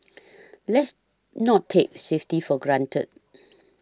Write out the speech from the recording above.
let's not take safety for granted